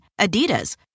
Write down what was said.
Adidas